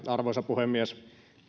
arvoisa puhemies